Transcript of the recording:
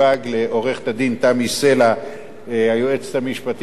לעורכת-הדין תמי סלע, היועצת המשפטית אשר